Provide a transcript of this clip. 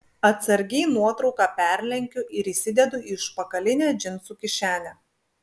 atsargiai nuotrauką perlenkiu ir įsidedu į užpakalinę džinsų kišenę